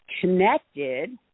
connected